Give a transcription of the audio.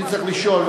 אני צריך לשאול.